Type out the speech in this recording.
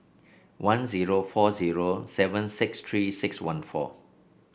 one zero four zero seven six Three six one four